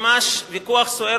ממש ויכוח סוער,